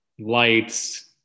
lights